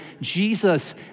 Jesus